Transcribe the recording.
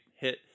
hit